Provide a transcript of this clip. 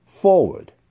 forward